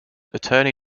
attorney